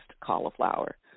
cauliflower